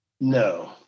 No